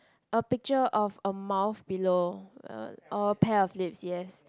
a picture of a mouth below uh or a pair of lips yes